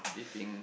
it being